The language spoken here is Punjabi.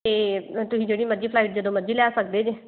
ਅਤੇ ਤੁਸੀਂ ਜਿਹੜੀ ਮਰਜ਼ੀ ਫਲਾਈਟ ਜਦੋਂ ਮਰਜ਼ੀ ਲੈ ਸਕਦੇ ਜੇ